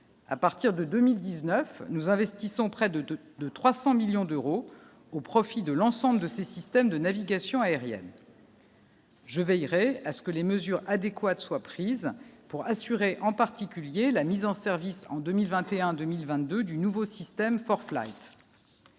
à partir de 2019 nous investissons près de, de, de 300 millions d'euros au profit de l'ensemble de ses systèmes de navigation aérienne. Je veillerai à ce que les mesures adéquates soient prises pour assurer en particulier la mise en service en 2021 2022 du nouveau système for Flight.